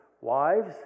Wives